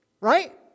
Right